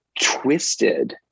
twisted